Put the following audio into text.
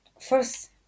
first